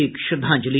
एक श्रद्धांजलि